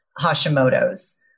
Hashimoto's